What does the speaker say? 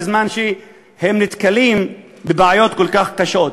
בזמן שהם נתקלים בבעיות כל כך קשות?